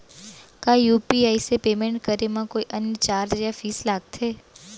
का यू.पी.आई से पेमेंट करे म कोई अन्य चार्ज या फीस लागथे?